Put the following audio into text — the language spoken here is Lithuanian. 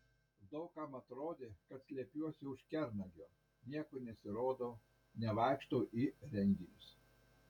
daug kam atrodė kad slepiuosi už kernagio niekur nesirodau nevaikštau į renginius